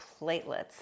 platelets